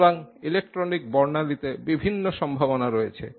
সুতরাং ইলেক্ট্রনিক বর্ণালীতে বিভিন্ন সম্ভাবনা রয়েছে